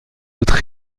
autres